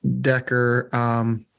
Decker